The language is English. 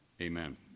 Amen